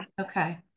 Okay